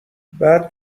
بعد